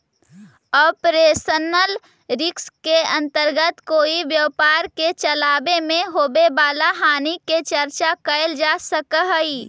operational risk के अंतर्गत कोई व्यापार के चलावे में होवे वाला हानि के चर्चा कैल जा सकऽ हई